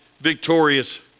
victorious